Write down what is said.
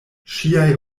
ŝiaj